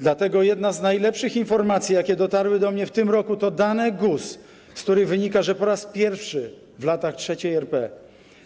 Dlatego jedna z najlepszych informacji, jakie dotarły do mnie w tym roku, to dane GUS, z których wynika, że po raz pierwszy w latach III RP